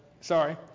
sorry